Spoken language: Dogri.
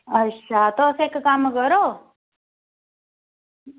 अच्छा तुस इक कम्म करो